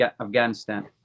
afghanistan